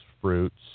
fruits